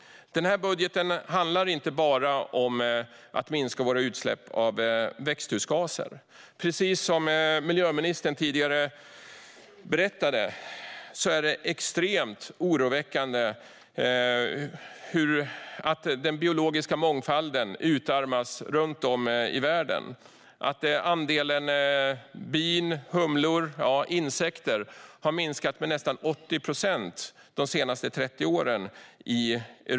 Budgeten handlar inte bara om att minska våra utsläpp av växthusgaser. Precis som miljöministern tidigare berättade är det extremt oroväckande hur den biologiska mångfalden utarmas runt om i världen. Andelen bin, humlor och andra insekter har minskat med nästan 80 procent i Europa under de senaste 30 åren.